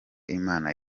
imana